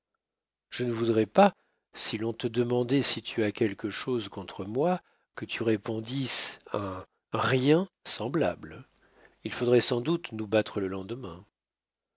je ne voudrais pas si l'on te demandait si tu as quelque chose contre moi que tu répondisses un rien semblable il faudrait sans doute nous battre le lendemain